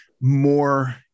more